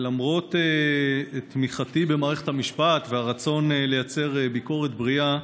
למרות תמיכתי במערכת המשפט והרצון לייצר ביקורת בריאה,